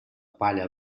palla